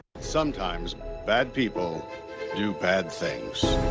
sometimes bad people do bad things.